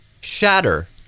Shatter